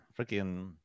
Freaking